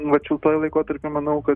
vat šiltuoju laikotarpiu manau kad